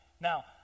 now